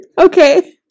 okay